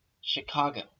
Chicago